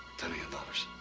ten million dollars.